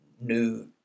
new